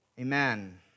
Amen